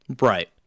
Right